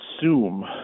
assume